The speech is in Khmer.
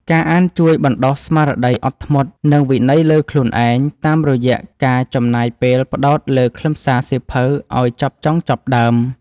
ការអានជួយបណ្ដុះស្មារតីអត់ធ្មត់ និងវិន័យលើខ្លួនឯង តាមរយៈការចំណាយពេលផ្ដោតលើខ្លឹមសារសៀវភៅឱ្យចប់ចុងចប់ដើម។